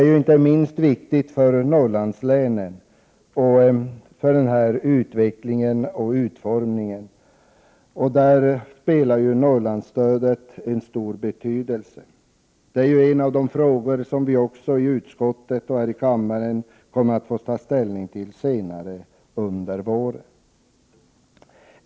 Utvecklingen och utformningen av jordbrukspolitiken är viktig inte minst för Norrlandslänen. Här har Norrlandsstödet en stor betydelse. Detta är en fråga som vi i utskottet och här i kammaren kommer att få ta ställning till senare under våren.